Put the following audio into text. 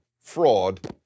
fraud